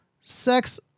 sex